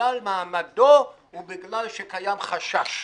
בגלל מעמדו ובגלל שקיים חשש.